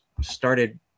started